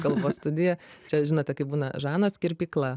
kalbos studija čia žinote kaip būna žanos kirpykla